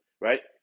right